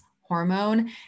hormone